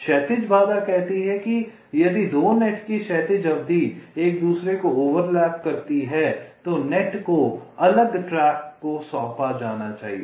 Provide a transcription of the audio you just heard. क्षैतिज बाधा कहती है यदि 2 नेटकी क्षैतिज अवधि एक दूसरे को ओवरलैप करती है तो नेट को अलग ट्रैक को सौंपा जाना चाहिए